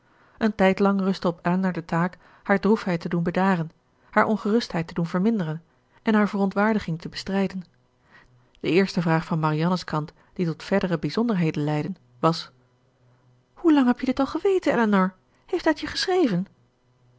een tijdlang rustte op elinor de taak haar droefheid te doen bedaren haar ongerustheid te doen verminderen en haar verontwaardiging te bestrijden de eerste vraag van marianne's kant die tot verdere bijzonderheden leidde was hoe lang heb je dit al geweten elinor heeft hij het je geschreven